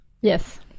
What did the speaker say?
yes